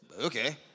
okay